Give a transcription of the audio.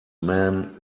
men